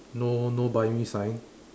no no buy me sign